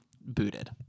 booted